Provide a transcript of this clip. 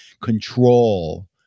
control